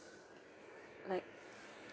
like